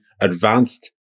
advanced